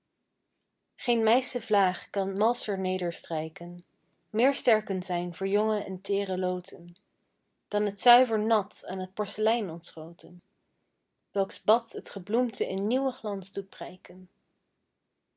meische vlaag kan malscher nederstrijken meer sterkend zijn voor jonge en teere loten dan t zuiver nat aan t porcelein ontschoten welks bad t gebloemte in nieuwen glans doet prijken